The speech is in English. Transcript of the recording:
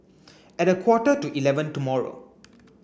at a quarter to eleven tomorrow